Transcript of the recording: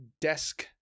desk